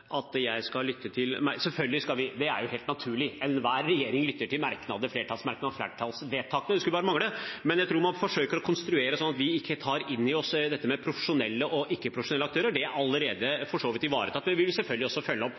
jeg skal lytte – det er selvfølgelig helt naturlig, enhver regjering lytter til flertallsmerknader og flertallsvedtak, det skulle bare mangle. Men jeg tror man forsøker å konstruere at vi ikke tar inn over oss det som gjelder profesjonelle og ikke-profesjonelle aktører. Det er ivaretatt. Vi vil selvfølgelig følge opp